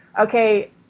okay